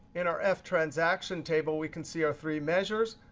in our ftransaction table, we can see our three measures.